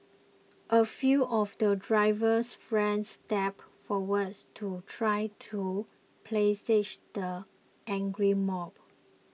a few of the driver's friends stepped forward to try to placate the angry mob